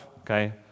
okay